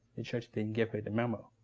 the church didn't give her the memo,